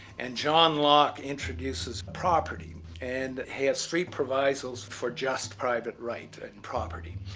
and john locke introduces property. and he has three provisos for just private right and property.